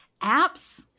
apps